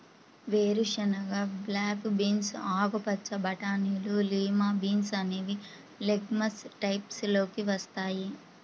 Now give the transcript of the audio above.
వేరుశెనగ, black beans, ఆకుపచ్చ బటానీలు, లిమా బీన్స్ అనేవి లెగమ్స్ టైప్స్ లోకి వస్తాయి